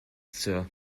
sir